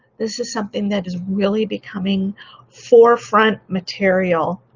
this is something that is really becoming forefront material